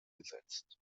gesetzt